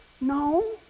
no